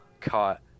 caught